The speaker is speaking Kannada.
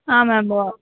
ಹಾಂ ಮ್ಯಾಮು